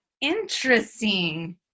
Interesting